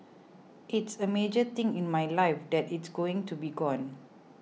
it's a major thing in my life that it's going to be gone